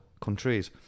countries